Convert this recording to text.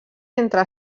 entre